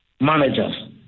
managers